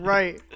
Right